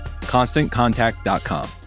Constantcontact.com